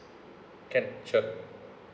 can sure